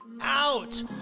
out